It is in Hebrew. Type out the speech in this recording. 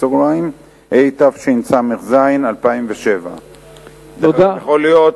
התשס"ז 2007. יכול להיות,